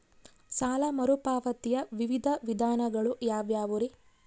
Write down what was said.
ಸಾಲ ಮರುಪಾವತಿಯ ವಿವಿಧ ವಿಧಾನಗಳು ಯಾವ್ಯಾವುರಿ?